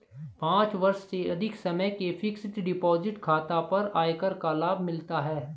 पाँच वर्ष से अधिक समय के फ़िक्स्ड डिपॉज़िट खाता पर आयकर का लाभ मिलता है